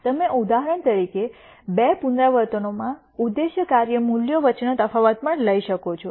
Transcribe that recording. તમે ઉદાહરણ તરીકે બે પુનરાવર્તનોમાં ઉદ્દેશ્ય કાર્ય મૂલ્યો વચ્ચેનો તફાવત પણ લઈ શકો છો